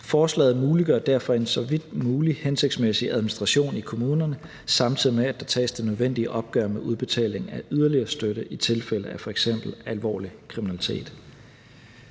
Forslaget muliggør derfor en så vidt muligt hensigtsmæssig administration i kommunerne, samtidig med at der tages det nødvendige opgør med udbetaling af yderligere støtte i tilfælde af f.eks. alvorlig kriminalitet.